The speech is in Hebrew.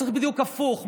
צריך בדיוק הפוך.